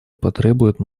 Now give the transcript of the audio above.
потребует